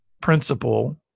principle